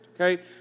okay